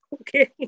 Okay